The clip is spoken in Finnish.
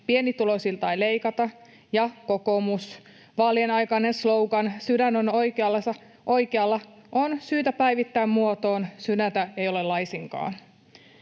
”pienituloisilta ei leikata”? Ja kokoomus, vaalien aikainen slogan ”sydän on oikealla” on syytä päivittää muotoon ”sydäntä ei ole laisinkaan”.